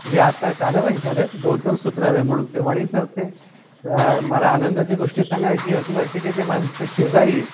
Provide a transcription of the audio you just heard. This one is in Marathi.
जे आता कालवश झाले आहेत गौतम सुत्रावे म्हणून ते वणीचे होते मला आनंदाची गोष्ट सांगायची अशी वाटते की ते मानचे शेजारी